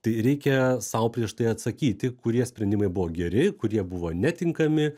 tai reikia sau prieš tai atsakyti kurie sprendimai buvo geri kurie buvo netinkami